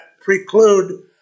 preclude